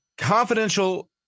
confidential